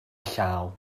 llaw